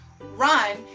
run